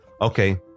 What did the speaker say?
okay